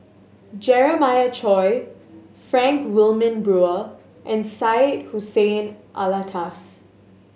Jeremiah Choy Frank Wilmin Brewer and Syed Hussein Alatas